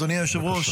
אדוני היושב-ראש,